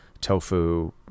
tofu